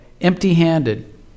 empty-handed